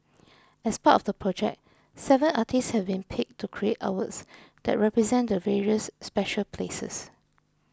as part of the project seven artists have been picked to create artworks that represent the various special places